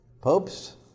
popes